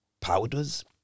powders